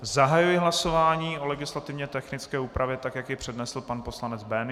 Zahajuji hlasování o legislativně technické úpravě, tak jak ji přednesl pan poslanec Böhnisch.